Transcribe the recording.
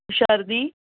શરદી